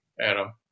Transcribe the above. Adam